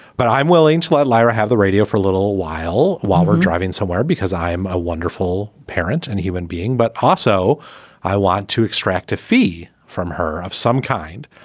but i'm willing to let lyra have the radio for a little while while we're driving somewhere, because i am a wonderful parent and human being. but also i want to extract a fee from her of some kind.